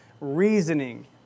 reasoning